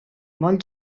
molt